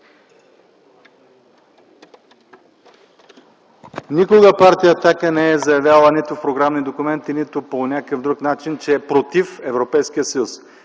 Никога партия „Атака” не е заявявала – нито в програмни документи, нито по някакъв друг начин, че е против Европейския съюз.